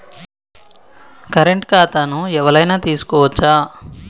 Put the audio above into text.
Current ఖాతాను ఎవలైనా తీసుకోవచ్చా?